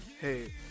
hey